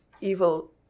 evil